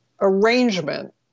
arrangement